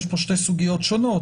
יש פה שתי סוגיות שונות.